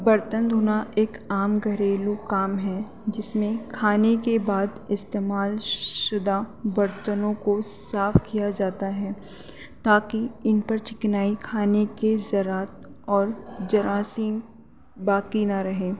برتن دھونا ایک عام گھریلو کام ہے جس میں کھانے کے بعد استعمال شدہ برتنوں کو صاف کیا جاتا ہے تاکہ ان پر چکنائی کھانے کے ذرات اور جراثم باقی نہ رہیں